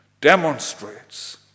demonstrates